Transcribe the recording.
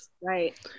Right